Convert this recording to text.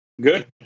Good